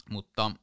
Mutta